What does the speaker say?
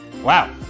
Wow